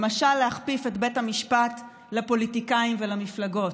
למשל להכפיף את בית המשפט לפוליטיקאים ולמפלגות.